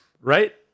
right